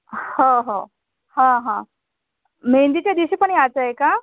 हो हो हां हां मेहेंदीच्या दिवशी पण यायचं आहे का